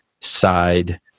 side